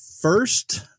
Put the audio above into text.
First